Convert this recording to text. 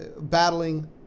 battling